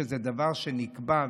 שזה דבר שנקבע,